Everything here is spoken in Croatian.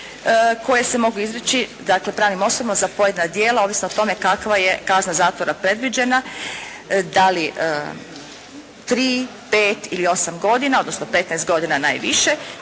koje se mogu izreći dakle pravnim osobama za pojedina djela, ovisno o tome kakva je kazna zatvora predviđena, da li tri, pet ili osam godina odnosno petnaest godina najviše,